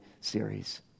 series